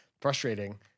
frustrating